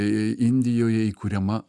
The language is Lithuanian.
indijoje įkuriama